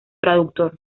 traductor